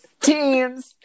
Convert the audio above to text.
teams